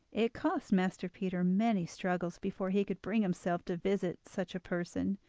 it cost master peter many struggles before he could bring himself to visit such a person,